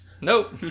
Nope